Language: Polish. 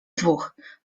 dwóch